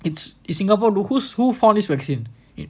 it's in singapore though who's who found this vaccine